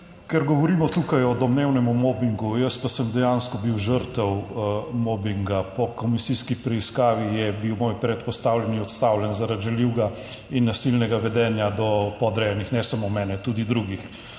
Ker govorimo tukaj o domnevnem mobingu, jaz pa sem dejansko bil žrtev mobinga, po komisijski preiskavi je bil moj predpostavljeni odstavljen zaradi žaljivega in nasilnega vedenja do podrejenih, ne samo mene, tudi drugih,